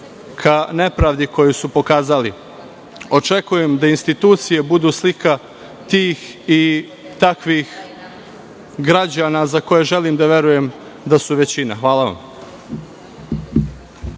ka nepravdi koju su pokazali. Očekujem da institucije budu slika tih i takvih građana za koje želim da verujem da su većina. Hvala vam.